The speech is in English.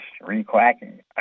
re-quacking